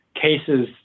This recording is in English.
cases